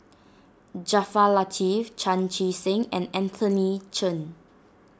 Jaafar Latiff Chan Chee Seng and Anthony Chen